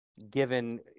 given